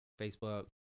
Facebook